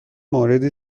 موردی